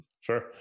sure